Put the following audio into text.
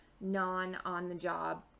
non-on-the-job